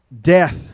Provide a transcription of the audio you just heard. death